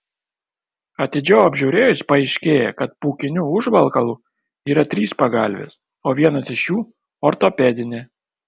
atidžiau apžiūrėjus paaiškėja kad pūkiniu užvalkalu yra trys pagalvės o vienas iš jų ortopedinė